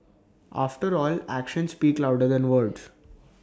after all actions speak louder than words